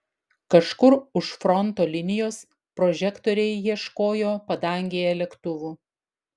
kažkur už fronto linijos prožektoriai ieškojo padangėje lėktuvų